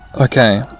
Okay